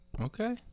Okay